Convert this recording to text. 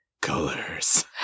colors